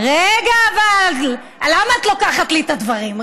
אבל למה את לוקחת לי את הדברים?